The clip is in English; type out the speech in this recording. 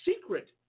secret